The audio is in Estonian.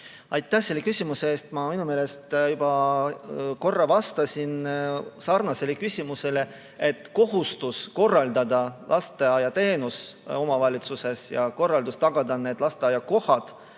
Aitäh selle küsimuse eest! Ma oma meelest juba korra vastasin sarnasele küsimusele. Kohustus korraldada lasteaiateenust omavalitsuses ja tagada lasteaiakohad